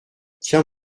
tiens